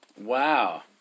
Wow